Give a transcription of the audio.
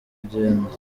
kugenda